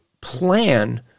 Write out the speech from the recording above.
plan